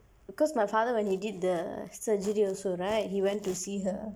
because my father when he did the surgery also right he went to see her